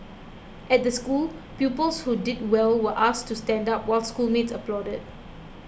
at the school pupils who did well were asked to stand up while schoolmates applauded